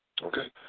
Okay